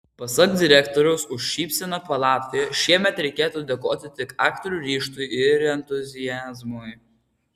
pasak direktoriaus už šypseną palatoje šiemet reikėtų dėkoti tik aktorių ryžtui ir entuziazmui